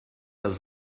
els